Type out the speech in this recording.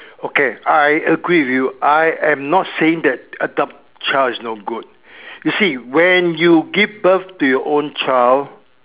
okay I agree with you I am not saying that adopt child is no good you see when you give birth to your own child